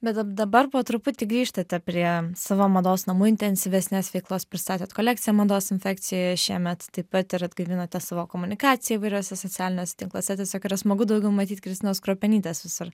bet dab dabar po truputį grįžtate prie savo mados namų intensyvesnės veiklos pristatėt kolekciją mados infekcijoje šiemet taip pat ir atgaivinote savo komunikaciją įvairiuose socialiniuose tinkluose tiesiog yra smagu daugiau matyt kristinos kruopienytės visur